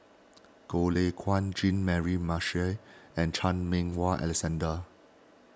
Goh Lay Kuan Jean Mary Marshall and Chan Meng Wah Alexander